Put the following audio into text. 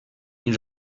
این